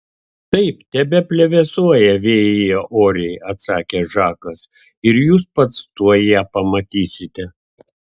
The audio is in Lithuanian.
taip tebeplevėsuoja vėjyje oriai atsakė žakas ir jūs pats tuoj ją pamatysite